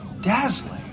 Dazzling